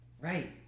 right